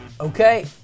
Okay